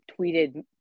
tweeted